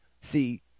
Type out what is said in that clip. See